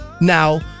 now